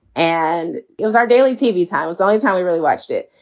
and it was our daily tv time was always how we really watched it.